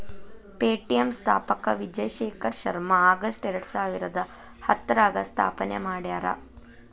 Paytm ಸ್ಥಾಪಕ Vijay Shekhar Sharma August ಎರಡಸಾವಿರದ ಹತ್ತರಾಗ ಸ್ಥಾಪನೆ ಮಾಡ್ಯಾರ